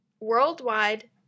Worldwide